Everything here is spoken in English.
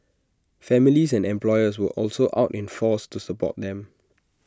families and employers were also out in force to support them